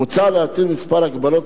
מוצע להטיל כמה הגבלות,